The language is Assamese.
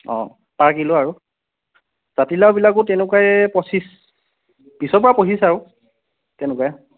অঁ পাৰ কিলো আৰু জাতিলাওবিলাকো তেনেকুৱাই পঁচিছ ত্ৰিছৰপৰা পঁচিছ আৰু তেনেকুৱাই